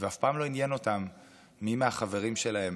ואף פעם לא עניין אותם מי מהחברים שלהם